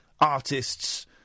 artists